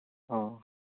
ꯑ